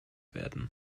werden